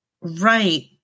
Right